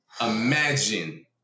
imagine